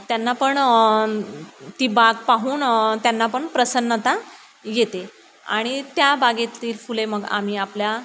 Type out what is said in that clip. त्यांना पण ती बाग पाहून त्यांना पण प्रसन्नता येते आणि त्या बागेतली फुले मग आम्ही आपल्या